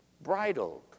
Bridled